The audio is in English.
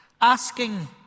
Asking